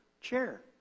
chair